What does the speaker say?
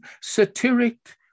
satiric